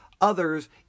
others